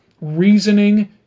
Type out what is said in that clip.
reasoning